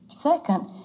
second